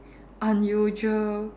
unusual